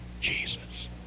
Jesus